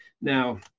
Now